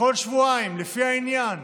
בכל שבועיים, לפי העניין,